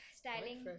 styling